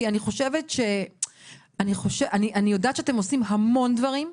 כי אני יודעת שאתם עושים המון דברים.